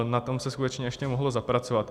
Na tom se skutečně ještě mohlo zapracovat.